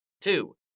two